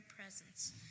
presence